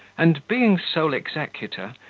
and, being sole executor,